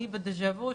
אני בדז'ה-וו,